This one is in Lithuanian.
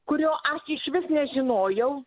kurio aš išvis nežinojau